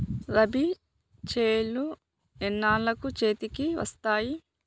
రబీ చేలు ఎన్నాళ్ళకు చేతికి వస్తాయి?